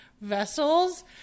vessels